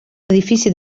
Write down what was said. edifici